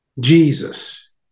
Jesus